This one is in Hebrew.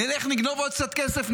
נלך נגנוב עוד קצת כסף,